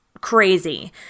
crazy